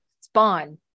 spawn